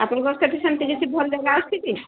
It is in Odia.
ଆପଣଙ୍କର ସେଠି ସେମିତି କିଛି ଭଲ ଯାଗା ଅଛି କି